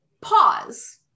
pause